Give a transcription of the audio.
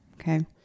Okay